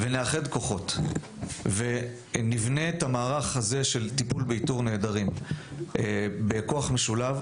נאחד כוחות ונבנה את המערך הזה של טיפול באיתור נעדרים בכוח משולב,